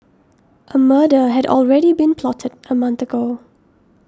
a murder had already been plotted a month ago